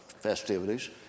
festivities